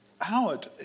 Howard